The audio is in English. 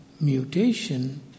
mutation